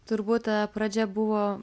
turbūt pradžia buvo